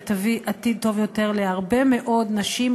ותביא עתיד טוב יותר להרבה מאוד נשים,